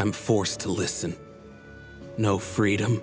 i'm forced to listen no freedom